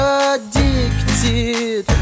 addicted